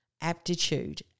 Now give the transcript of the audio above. aptitude